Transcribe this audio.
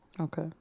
Okay